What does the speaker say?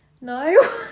no